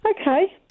Okay